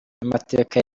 n’amateka